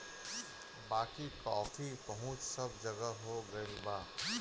बाकी कॉफ़ी पहुंच सब जगह हो गईल बा